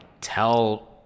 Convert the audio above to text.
tell –